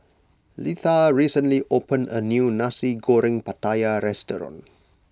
Litha recently opened a new Nasi Goreng Pattaya restaurant